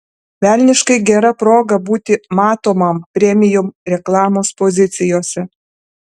velniškai gera proga būti matomam premium reklamos pozicijose